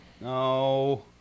No